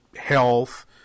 health